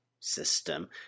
system